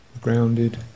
grounded